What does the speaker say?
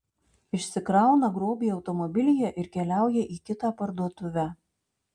išsikrauna grobį automobilyje ir keliauja į kitą parduotuvę